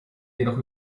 jedoch